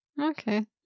okay